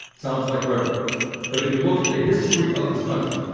sounds like rhetoric but if you look at the history of this country,